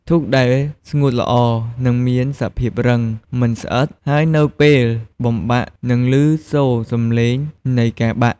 ធូបដែលស្ងួតល្អនឹងមានសភាពរឹង មិនស្អិត ហើយនៅពេលបំបាក់នឹងឮសូរសម្លេងនៃការបាក់។